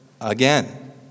Again